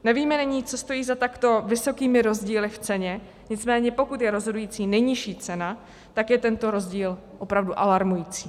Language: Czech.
Nevíme nyní, co stojí za takto vysokými rozdíly v ceně, nicméně pokud je rozhodující nejnižší cena, tak je tento rozdíl opravdu alarmující.